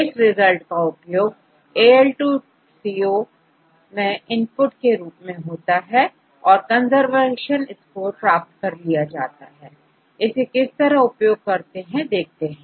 इस रिजल्ट का उपयोगAL2CO मैं इनपुट के रूप में होता है और कंजर्वेशन स्कोर प्राप्त किया जाता है इसे किस तरह उपयोग करते हैं देखते हैं